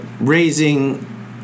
raising